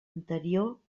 anterior